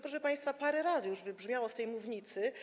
Proszę państwa, parę razy to już wybrzmiało z tej mównicy.